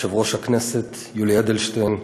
יושב-ראש הכנסת יולי אדלשטיין,